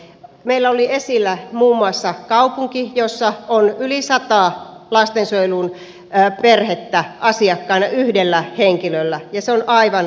meillä oli esillä muun muassa kaupunki jossa on yli sata perhettä lastensuojelun asiakkaana yhdellä henkilöllä ja se on aivan liian paljon